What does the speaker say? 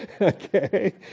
Okay